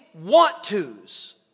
want-tos